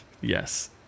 Yes